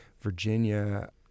Virginia